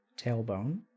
tailbone